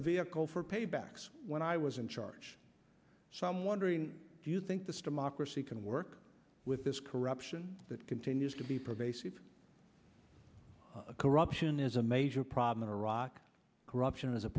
a vehicle for paybacks when i was in charge so i'm wondering do you think this democracy can work with this corruption that continues to be pervasive corruption is a major problem in iraq corruption is a